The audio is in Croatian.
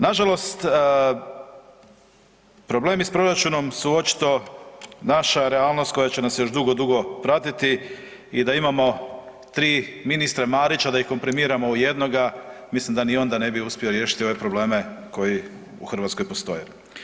Nažalost problemi s proračunom su očito naša realnost koja će nas još dugo, dugo pratiti i da imamo 3 ministra Marića, da ih komprimiramo u jednoga, mislim da ni onda ne bi uspjeli riješiti ove probleme koji u Hrvatskoj postoje.